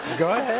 go ahead.